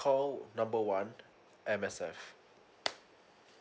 call number one M_S_F